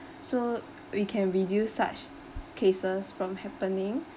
so we can reduce such cases from happening